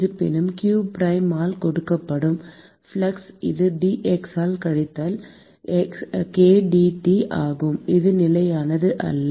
இருப்பினும் q prime ஆல் கொடுக்கப்படும் ஃப்ளக்ஸ் இது dx ஆல் கழித்தல் k dT ஆகும் இது நிலையானது அல்ல